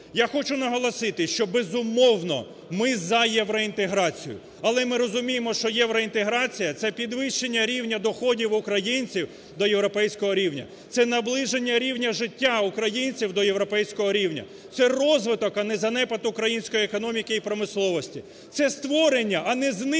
Я хочу наголосити, що безумовно, ми за євроінтеграцію, але ми розуміємо, що євроінтеграція – це підвищення рівня доходів українців до європейського рівня, це наближення рівня життя українців до європейського рівня, це розвиток, а не занепад української економіки і промисловості, це створення, а не знищення